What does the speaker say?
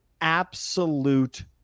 absolute